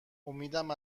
امیدم